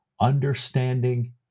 understanding